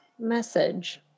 message